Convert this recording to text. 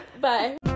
bye